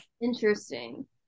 Interesting